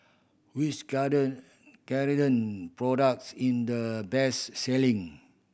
which Ceradan products in the best selling